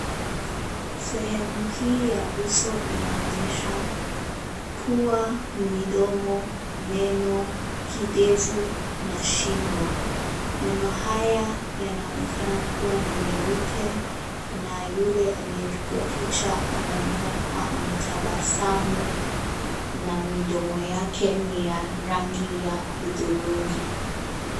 Sehemu hii ya uso inaonyesha pua, midomo, meno, kidevu, na shingo. Meno haya yanaonekana kuwa ni meupe, na yule aliyepigwa picha anaonekana kuwa ametabasamu, na midomo yake ni ya rangi ya hudhurungi.